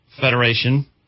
Federation